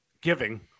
giving